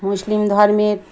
মুসলিম ধর্মের